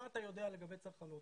מה אתה יודע לגבי צרכנות,